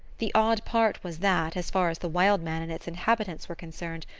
the odd part was that, as far as the wild man and its inhabitants were concerned,